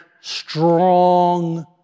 strong